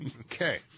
Okay